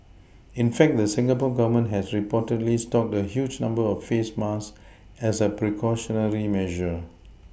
in fact the Singapore Government has reportedly stocked a huge number of face masks as a precautionary measure